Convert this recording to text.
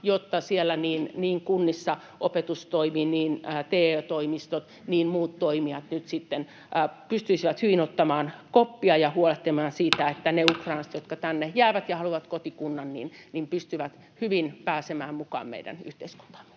jotta siellä kunnissa niin opetustoimi, TE-toimistot kuin muut toimijat nyt sitten pystyisivät hyvin ottamaan koppia ja huolehtimaan siitä, että ne ukrainalaiset, jotka tänne jäävät ja haluavat kotikunnan, pystyvät hyvin pääsemään mukaan meidän yhteiskuntaan.